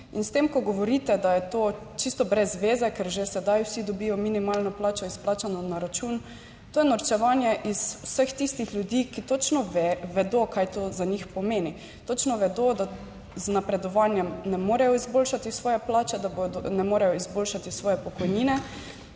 ko govorite, da je to čisto brez zveze, ker že sedaj 12. TRAK: (DAG) - 10.55 (nadaljevanje) vsi dobijo minimalno plačo izplačano na račun. To je norčevanje iz vseh tistih ljudi, ki točno vedo, kaj to za njih pomeni. Točno vedo, da z napredovanjem ne morejo izboljšati svoje plače, da ne morejo izboljšati svoje pokojnine.